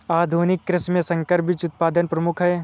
आधुनिक कृषि में संकर बीज उत्पादन प्रमुख है